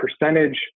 percentage